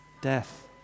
death